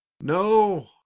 no